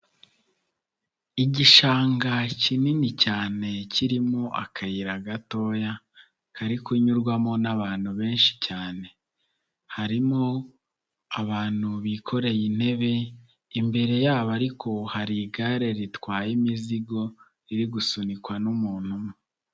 Igishanga kinini cyane kirimo akayira gatoya, kari kunyurwamo n'abantu benshi cyane. Harimo abantu bikoreye intebe, imbere yabo ariko hari igare ritwaye imizigo, riri gusunikwa n'umuntu umwe.